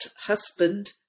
husband